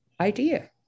idea